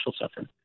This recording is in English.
suffering